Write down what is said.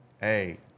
hey